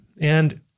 And-